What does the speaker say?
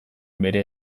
bere